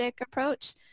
approach